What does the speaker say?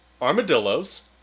armadillos